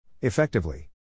Effectively